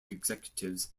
executives